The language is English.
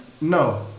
No